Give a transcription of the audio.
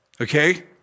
Okay